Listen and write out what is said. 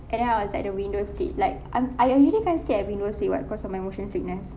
and then I was at the window seat like I'm I usually can't sit at the window seat [what] cause of my motion sickness